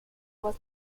was